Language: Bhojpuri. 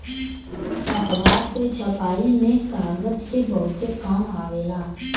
अखबार के छपाई में कागज के बहुते काम आवेला